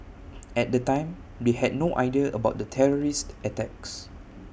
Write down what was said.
at the time they had no idea about the terrorist attacks